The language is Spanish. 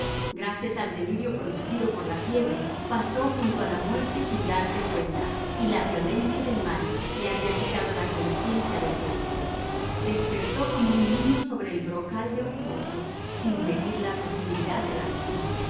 gracias al delirio producido por la fiebre pasó junto a la muerte sin darse cuenta y la violencia del mal le había quitado la conciencia del peligro despertó como un niño sobre el brocal de un pozo sin medir la profundidad del abismo